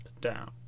down